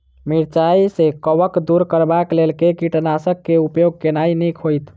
मिरचाई सँ कवक दूर करबाक लेल केँ कीटनासक केँ उपयोग केनाइ नीक होइत?